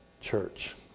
church